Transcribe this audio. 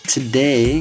Today